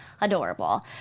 adorable